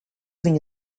viņu